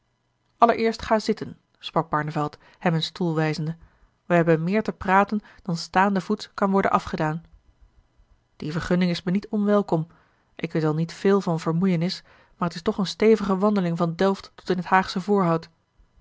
allereerst ga zitten sprak barneveld hem een stoel wijzende wij hebben meer te praten dan staande voets kan worden afgedaan die vergunning is mij niet onwelkom ik weet wel niet veel van vermoeienis maar t is toch een stevige wandeling van delft tot in t haagsche voorhout